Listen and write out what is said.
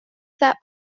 that